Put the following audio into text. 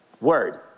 word